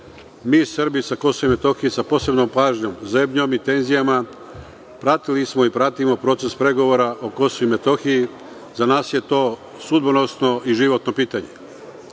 Mi Srbi sa Kosova i Metohije sa posebnom pažnjom, zebnjom i tenzijama pratili smo i pratio proces pregovora o Kosovu i Metohiji. Za nas je to sudbonosno i životno pitanje. Ovom